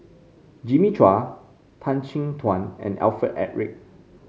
Jimmy Chua Tan Chin Tuan and Alfred Eric